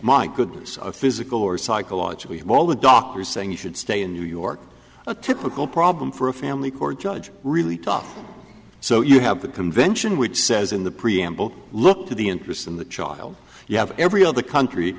my goodness of physical or psychological have all the doctors saying you should stay in new york a typical problem for a family court judge really tough so you have the convention which says in the preamble look to the interests of the child you have every of the country